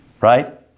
right